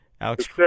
Alex